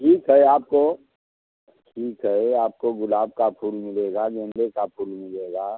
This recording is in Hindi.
ठीक है आपको ठीक है आपको गुलाब का फूल मिलेगा गेंदे का फूल मिलेगा